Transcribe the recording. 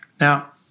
Now